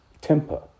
temper